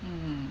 mm